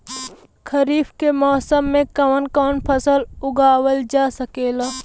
खरीफ के मौसम मे कवन कवन फसल उगावल जा सकेला?